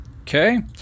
Okay